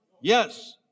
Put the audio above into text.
Yes